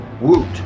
Woot